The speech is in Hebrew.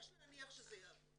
יש להניח שזה יעבוד.